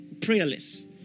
prayerless